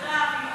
תודה.